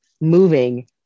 moving